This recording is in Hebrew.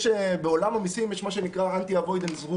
בעולם המסים יש מה שנקראAnti-avoidance Rules